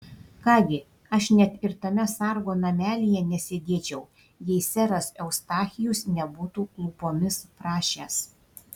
ką gi aš net ir tame sargo namelyje nesėdėčiau jei seras eustachijus nebūtų klūpomis prašęs